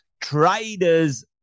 Traders